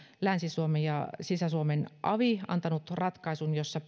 länsi suomen ja sisä suomen avi antanut ratkaisun jossa